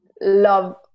love